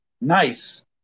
nice